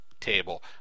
table